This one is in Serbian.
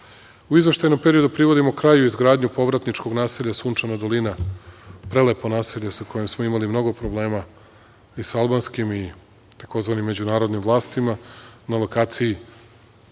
izveštajnom periodu privodimo kraju izgradnju povratničkog naselja "Sunčana dolina", prelepo naselje sa kojim smo imali mnogo problema, i sa albanskim i tzv. međunarodnim vlastima, na lokaciji